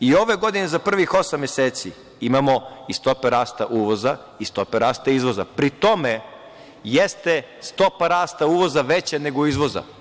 I, ove godine za prvih osam meseci imamo i stope rasta uvoza i stope rasta izvora, pri tome jeste stopa rasta uvoza veća nego izvoza.